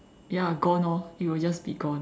ya gone orh it will just be gone